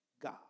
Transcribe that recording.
God